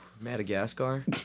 Madagascar